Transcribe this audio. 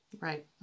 Right